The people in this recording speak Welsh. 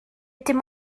dim